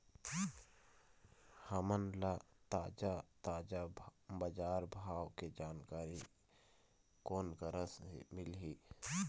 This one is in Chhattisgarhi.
हमन ला ताजा ताजा बजार भाव के जानकारी कोन करा से मिलही?